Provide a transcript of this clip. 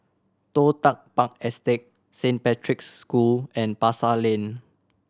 Toh Tuck Park Estate Saint Patrick's School and Pasar Lane